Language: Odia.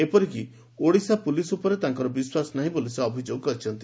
ଏପରିକି ଓଡିଶା ପୋଲିସ ଉପରେ ତାଙ୍କର ବିଶ୍ୱାସ ନାହି ବୋଲି ସେ ଅଭିଯୋଗ କରିଛନ୍ତି